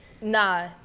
Nah